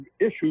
issues